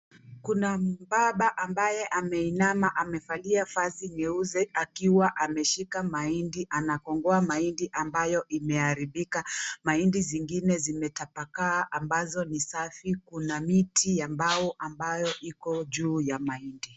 Kuna mbaba ambaye ameinama, amevalia vazi nyeusi, akiwa ameshika mahindi, anagongoa mahindi ambayo imearibika. Mahindi zingine zimetapakaa ambazo ni safi, kuna miti ambayo iko uju ya mahindi.